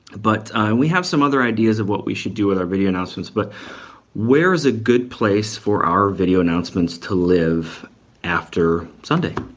but we have some other ideas of what we should do with our video announcements, but where is a good place for our video announcements to live after sunday?